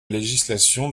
législation